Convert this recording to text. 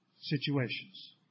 situations